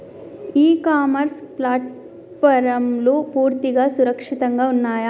ఇ commerce ప్లాట్ఫారమ్లు పూర్తిగా సురక్షితంగా ఉన్నయా?